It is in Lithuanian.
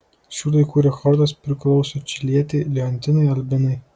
šių laikų rekordas priklauso čilietei leontinai albinai